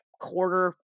quarter